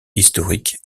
historiques